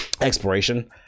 exploration